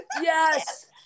yes